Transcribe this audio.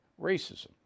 racism